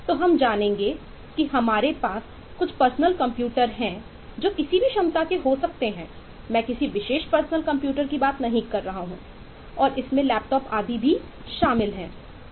तो हम जानेंगे कि हमारे पास कुछ पर्सनल कंप्यूटर इनमें शामिल होगा